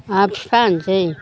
आरो बिफाया होननोसै